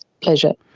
pleasure.